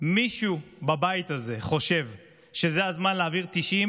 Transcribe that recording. מישהו בבית הזה חושב שזה הזמן להעביר 94